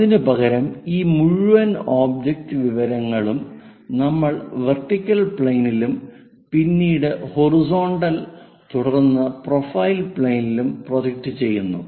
അതിനുപകരം ഈ മുഴുവൻ ഒബ്ജക്റ്റ് വിവരങ്ങളും നമ്മൾ വെർട്ടിക്കൽ പ്ലെയിനിലും പിന്നീട് ഹൊറിസോണ്ടൽ തുടർന്ന് പ്രൊഫൈൽ പ്ലെയിനിലും പ്രൊജക്റ്റ് ചെയ്യുന്നു